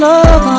Love